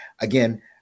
Again